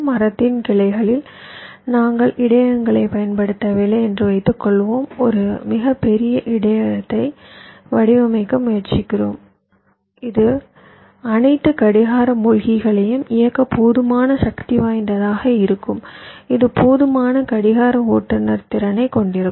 மரத்தின் கிளைகளில் நாங்கள் இடையகங்களைப் பயன்படுத்தவில்லை என்று வைத்துக்கொள்வோம் ஒரு மிகப் பெரிய இடையகத்தை வடிவமைக்க முயற்சிக்கிறோம் இது அனைத்து கடிகார மூழ்கிகளையும் இயக்க போதுமான சக்திவாய்ந்ததாக இருக்கும் இது போதுமான கடிகார ஓட்டுநர் திறனைக் கொண்டிருக்கும்